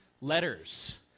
letters